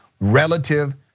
relative